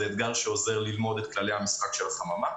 אתגר שעוזר ללמוד את כללי המשחק של החממה.